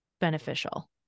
beneficial